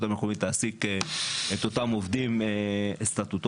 המקומית תעסיק את אותם עובדים סטטוטוריים,